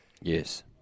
yes